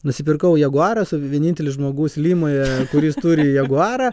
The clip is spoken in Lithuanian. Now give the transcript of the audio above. nusipirkau jaguarą vienintelis žmogus limoje kuris turi jaguarą